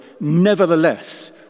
nevertheless